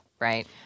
right